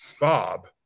Bob